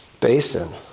basin